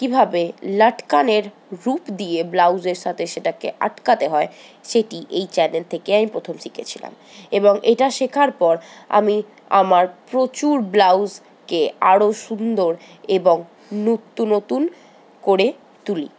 কীভাবে লাটকানের রূপ দিয়ে ব্লাউজের সাথে সেটাকে আটকাতে হয় সেটি এই চ্যানেল থেকে আমি প্রথম শিখেছিলাম এবং এটা শেখার পর আমি আমার প্রচুর ব্লাউজকে আরো সুন্দর এবং নিত্যনতুন করে তুলি